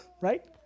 right